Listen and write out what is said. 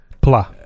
Pla